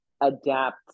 adapt